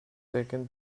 taken